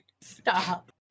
Stop